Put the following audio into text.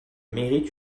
mérite